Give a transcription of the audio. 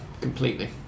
completely